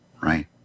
Right